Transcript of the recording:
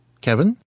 Kevin